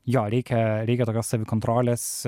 jo reikia reikia tokios savikontrolės